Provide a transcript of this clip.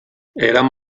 érem